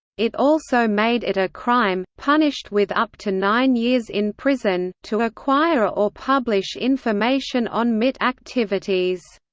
it also made it a crime, punished with up to nine years in prison, to acquire or publish information on mit activities.